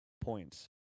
points